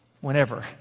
whenever